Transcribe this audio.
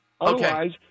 Otherwise